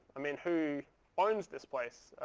i mean who owns this place?